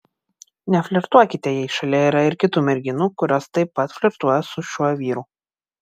neflirtuokite jei šalia yra ir kitų merginų kurios taip pat flirtuoja su šiuo vyru